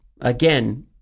again